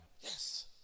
Yes